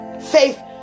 Faith